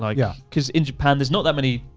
like, yeah cause in japan, there's not that many,